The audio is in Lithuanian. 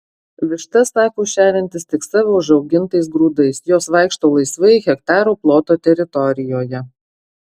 vištas sako šeriantis tik savo užaugintais grūdais jos vaikšto laisvai hektaro ploto teritorijoje